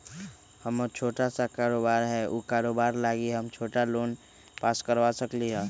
हमर छोटा सा कारोबार है उ कारोबार लागी हम छोटा लोन पास करवा सकली ह?